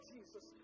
Jesus